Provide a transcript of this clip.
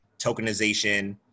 tokenization